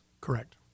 Correct